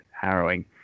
Harrowing